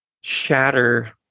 shatter